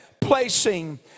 placing